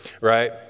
right